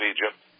Egypt